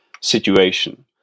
situation